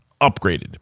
upgraded